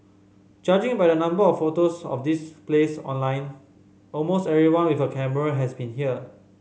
judging by the number of photos of this place online almost everyone with a camera has been here